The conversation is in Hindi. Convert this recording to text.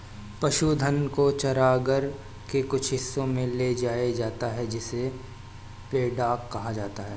पशुधन को चरागाह के कुछ हिस्सों में ले जाया जाता है जिसे पैडॉक कहा जाता है